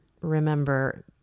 remember